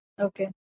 Okay